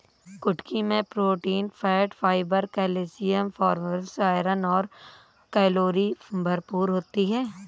कुटकी मैं protein, fat, fibre, calcium, phosphorus, iron और कैलोरी भरपूर होती है